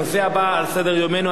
הנושא הבא על סדר-יומנו,